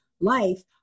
life